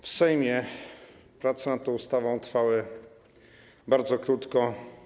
W Sejmie prace nad tą ustawą trwały bardzo krótko.